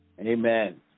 Amen